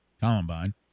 Columbine